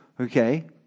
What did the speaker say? okay